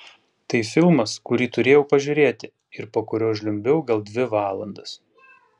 tai filmas kurį turėjau pažiūrėti ir po kurio žliumbiau gal dvi valandas